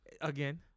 Again